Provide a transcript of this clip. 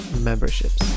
memberships